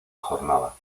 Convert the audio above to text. jornada